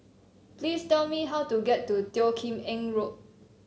please tell me how to get to Teo Kim Eng Road